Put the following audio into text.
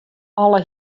alle